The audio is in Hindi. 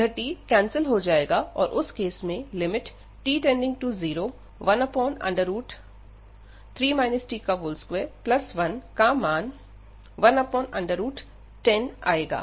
यह t कैंसिल हो जाएगा और उस केस में t→013 t21का मान 110 आएगा